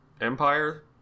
empire